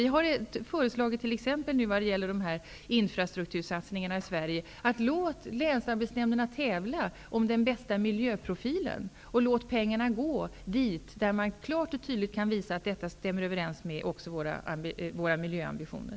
Vänsterpartiet har t.ex. vad gäller infrastruktursatsningarna i Sverige föreslagit att man skall låta länsarbetsnämnderna tävla om den bästa miljöprofilen. Låt pengarna gå dit där man klart och tydligt kan visa att satsningen stämmer överens med våra miljöambitioner.